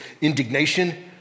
indignation